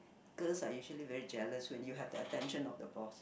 girls are usually very jealous when you have the attention of the boss